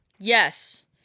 Yes